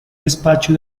despacho